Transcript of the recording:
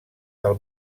del